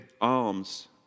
alms